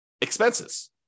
expenses